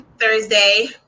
Thursday